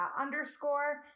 underscore